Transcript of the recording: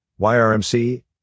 YRMC